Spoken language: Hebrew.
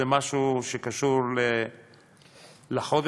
זה משהו שקשור לחודש,